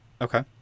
Okay